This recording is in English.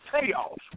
payoff